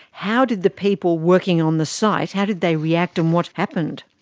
how did the people working on the site, how did they react and what happened?